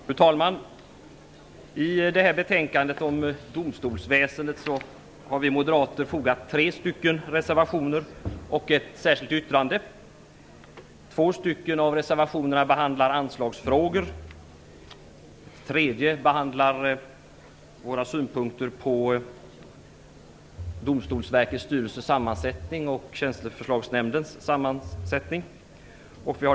Fru talman! Till detta betänkande om domstolsväsendet har vi moderater fogat tre reservationer och ett särskilt yttrande. Två av reservationerna behandlar anslagsfrågor, den tredje behandlar våra synpunkter på sammansättningen av Domstolsverkets styrelse och Tjänsteförslagsnämnden.